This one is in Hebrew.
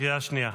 קריאה שנייה.